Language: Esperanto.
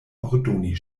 ordoni